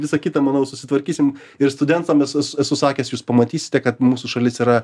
visa kita manau susitvarkysim ir studentam esu esu sakęs jūs pamatysite kad mūsų šalis yra